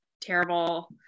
terrible